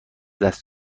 دست